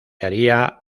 haría